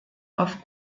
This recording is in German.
auf